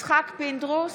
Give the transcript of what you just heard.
יצחק פינדרוס,